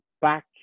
back